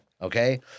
okay